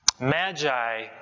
Magi